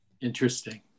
Interesting